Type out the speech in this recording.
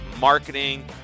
marketing